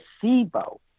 placebo